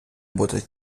бути